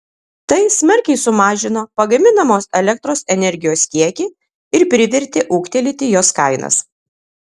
tai smarkiai sumažino pagaminamos elektros energijos kiekį ir privertė ūgtelėti jos kainas